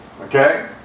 okay